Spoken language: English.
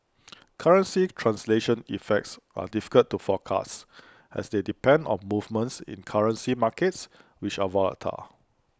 currency translation effects are difficult to forecast as they depend on movements in currency markets which are volatile